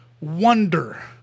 wonder